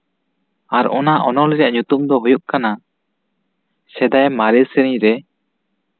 ᱟᱨ ᱚᱱᱟ ᱚᱱᱚᱞ ᱨᱮᱭᱟᱜ ᱧᱩᱛᱟᱹᱢ ᱫᱚ ᱦᱳᱭᱳᱜ ᱠᱟᱱᱟ ᱥᱮᱫᱟᱭ ᱢᱟᱨᱮ ᱥᱮᱨᱮᱧ ᱨᱮ